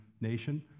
nation